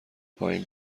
پایین